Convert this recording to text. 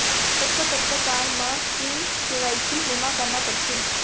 कतका कतका साल म के के.वाई.सी जेमा करना पड़थे?